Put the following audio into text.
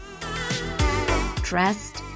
trust